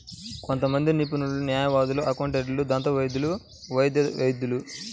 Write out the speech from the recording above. కొంతమంది నిపుణులు, న్యాయవాదులు, అకౌంటెంట్లు, దంతవైద్యులు, వైద్య వైద్యులు